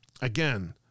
Again